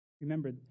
Remember